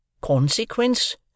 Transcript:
Consequence